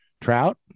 trout